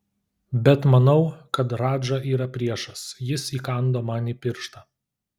bet manau kad radža yra priešas jis įkando man į pirštą